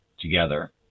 together